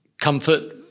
comfort